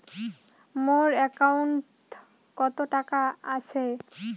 মোর একাউন্টত কত টাকা আছে?